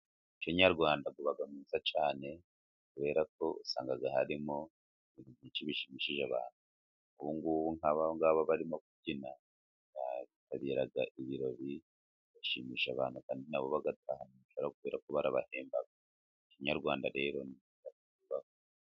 Imbyino nyarwanda ziba nziza cyane kubera ko usanga harimo byinshi bishimishije abantu. Ubu ngubu nk'aba ngaba barimo kubyina bitabira ibirori, bishimisha abantu kandi na bo bagatahana amafaranga kubera ko barabahemba...